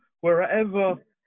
wherever